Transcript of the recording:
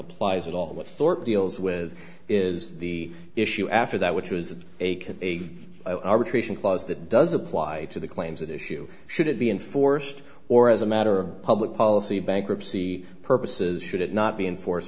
applies at all thorpe deals with is the issue after that which was a can a arbitration clause that does apply to the claims that issue should it be enforced or as a matter of public policy bankruptcy purposes should it not be enforced